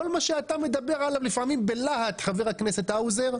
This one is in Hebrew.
כל מה שאתה מדבר עליו לפעמים בלהט חבר הכנסת האוזר,